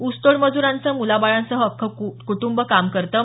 ऊसतोड मजुरांचं मुलाबाळांसह अख्खं कुटंब काम करतं